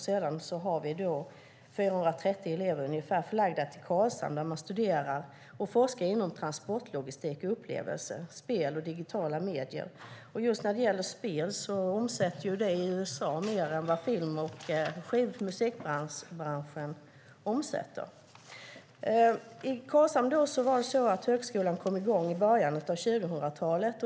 Sedan finns det ungefär 430 elever förlagda till Karlshamn, där de studerar och forskar inom transportlogistik, upplevelser, spel och digitala medier. Området spel omsätter i USA mer än vad film och musikbranschen omsätter. I Karlshamn kom högskolan i gång i början av 2000-talet.